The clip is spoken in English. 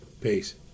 peace